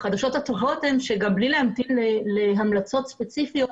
אני יכולה לומר שהחדשות הטובות הן שגם בלי להמתין להמלצות ספציפיות,